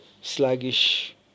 sluggish